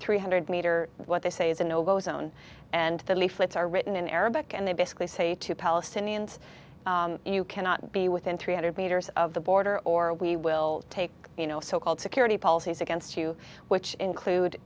three hundred meter what they say is a no go zone and the leaflets are written in arabic and they basically say to palestinians you cannot be within three hundred meters of the border or we will take you know so called security policies against you which include